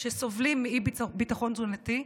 שסובלות מאי-ביטחון תזונתי,